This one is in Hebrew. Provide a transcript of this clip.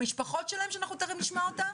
למשפחות שלהם שאנחנו תיכף נשמע אותם,